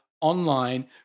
Online